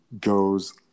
goes